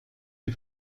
die